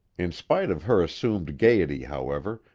in spite of her assumed gaiety, however,